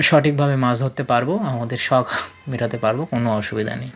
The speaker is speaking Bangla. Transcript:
সঠিকভাবে মাছ ধরতে পারব আমাদের শখ মেটাতে পারব কোনো অসুবিধা নেই